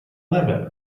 eleven